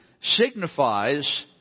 signifies